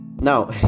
Now